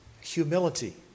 humility